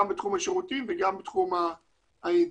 גם בתחום השירותים וגם בתחום האינטרנט.